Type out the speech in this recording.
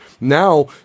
Now